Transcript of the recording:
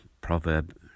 proverb